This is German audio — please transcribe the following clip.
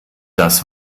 das